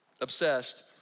obsessed